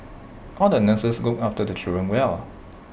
all the nurses look after the children well